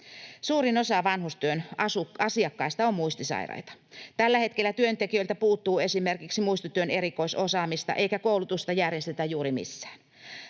Suurin osa vanhustyön asiakkaista on muistisairaita. Tällä hetkellä työntekijöiltä puuttuu esimerkiksi muistityön erikoisosaamista eikä koulutusta järjestetä juuri missään.